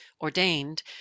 ordained